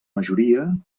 majoria